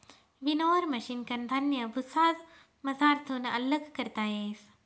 winnower मशिनकन धान्य भुसामझारथून आल्लग करता येस